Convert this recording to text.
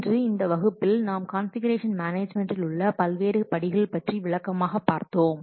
இன்று இந்த வகுப்பில் நாம் கான்ஃபிகுரேஷன் மேனேஜ்மென்டில் உள்ள பல்வேறு படிகள் பற்றி விளக்கமாக பார்த்தோம்